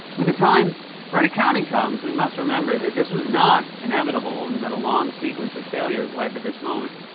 when the time for an accounting comes, we must remember that this was not inevitable, and that a long sequence of failures led to this moment.